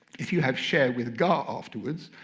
if you have sheh with ga afterwards,